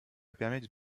permet